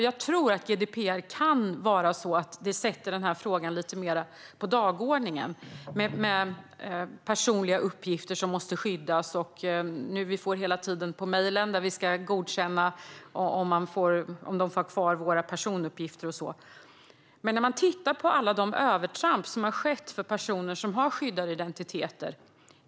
Jag tror att det kan vara så att GDPR sätter frågan om personliga uppgifter som måste skyddas lite mer på dagordningen - vi får ju hela tiden mejl om att vi ska godkänna att någon får ha kvar våra personuppgifter och så vidare. Men man kan titta på alla de övertramp som har gjorts mot personer som har skyddade identiteter.